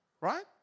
Right